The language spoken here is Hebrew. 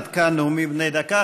עד כאן נאומים בני דקה.